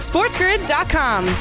SportsGrid.com